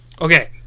Okay